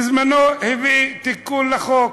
בזמנו הוא הביא תיקון לחוק,